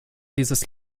dieses